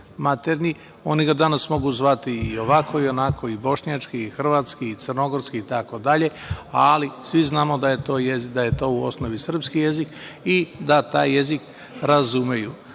maternji. Oni ga danas mogu zvati i ovako i onako i bošnjački i hrvatski i crnogorski itd, ali svi znamo da je to u osnovi srpski jezik i da taj jezik razumeju. Dakle,